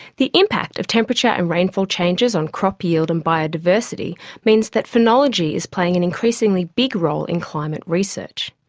the impact of temperature and rainfall changes on crop yield and biodiversity means that phenology is playing an increasingly big role in climate research.